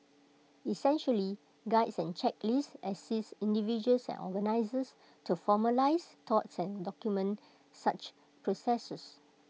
essentially Guides and checklist assist individuals and organisers to formalise thoughts and document such processes